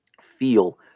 feel